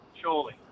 surely